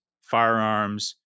firearms